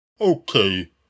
Okay